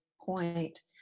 point